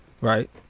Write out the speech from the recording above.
Right